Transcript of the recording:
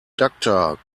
doctor